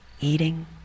eating